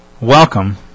welcome